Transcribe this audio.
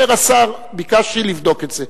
אומר השר: ביקשתי לבדוק את זה.